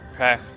Okay